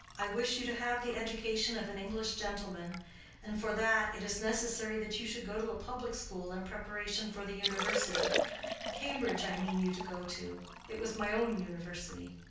i wish you to have the education of an english gentleman and for that it is necessary that you should go to a public school in preparation for the university cambridge i mean you to go to it was my own university.